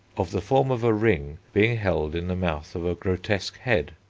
of the form of a ring, being held in the mouth of a grotesque head.